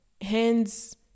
hands